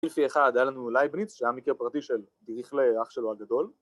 לפי אחד היה לנו לייבניץ, שהיה מקרה פרטי של דריכלה, אח שלו הגדול